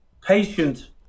patient